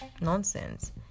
nonsense